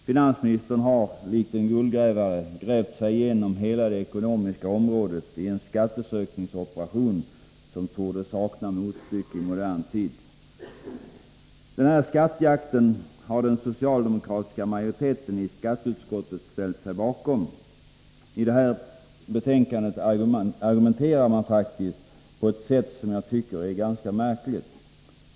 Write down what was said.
Finansministern har likt en guldgrävare grävt sig igenom hela det ekonomiska området i en skattsökningsoperation som torde sakna motstycke i modern tid. Den här skattjakten har den socialdemokratiska majoriteten i skatteutskottet ställt sig bakom. I det här betänkandet argumenterar man faktiskt på ett sätt som jag tycker är ganska märkligt.